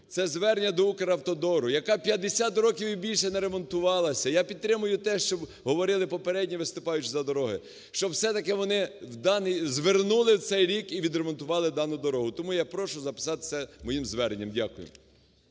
це звернення до "Укравтодору", яка 50 років і більше не ремонтувалася, я підтримую те, що говорили попередні виступаючі за дороги, щоб все-таки вони… звернули в цей рік і відремонтували дану дорогу. Тому я прошу записати це моїм зверненням. Дякую.